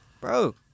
bro